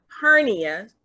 hernia